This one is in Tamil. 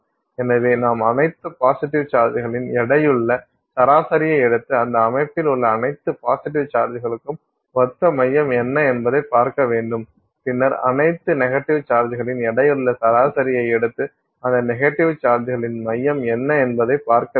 எனவே நாம் அனைத்து பாசிட்டிவ் சார்ஜ்களின் எடையுள்ள சராசரியை எடுத்து அந்த அமைப்பில் உள்ள அனைத்து பாசிட்டிவ் சார்ஜ்களுக்கும் ஒத்த மையம் என்ன என்பதைப் பார்க்க வேண்டும் பின்னர் அனைத்து நெகட்டிவ் சார்ஜ்களின் எடையுள்ள சராசரியை எடுத்து அந்த நெகட்டிவ் சார்ஜ்களின் மையம் என்ன என்பதைப் பார்க்க வேண்டும்